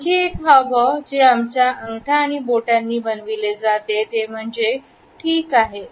आणखी एक हावभाव जे आमच्या अंगठा आणि बोटांनी बनविलेले जाते ते म्हणजे ठीक आहे